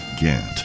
Gant